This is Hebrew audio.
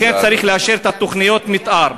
לכן, צריך לאשר את תוכניות המתאר.